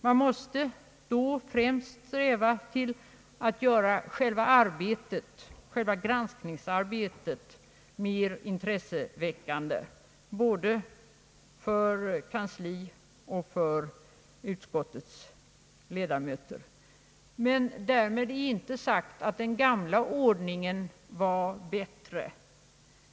Man måste då främst sträva till att göra själva granskningsarbetet mer intresseväckande, både för kansliet och för utskottets ledamöter. Men därmed är inte sagt att den gamla ordningen var bättre.